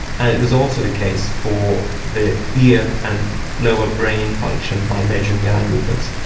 and it was also the case for the ear and lower brain function by measuring the eye movements,